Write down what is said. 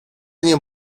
nią